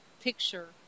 picture